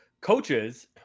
coaches